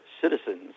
citizens